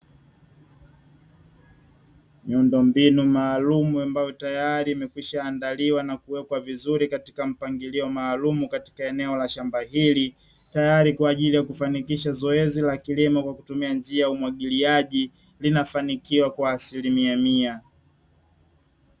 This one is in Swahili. Miundombinu maalum ambayo tayari imekwisha andaliwa na kuweka vizuri katika mpangilio maalumu katika eneo la shamba hili, tayari kwaajili ya kufanikisha zoezi la kilimo kwa kutumia njia ya umwagiliaji linafanikiwa kwa asilimia mia.